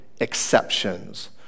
exceptions